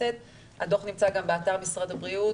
הדו"ח נמצא גם באתר משרד הבריאות,